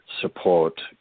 support